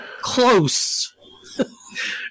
close